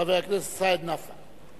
חבר הכנסת סעיד נפאע.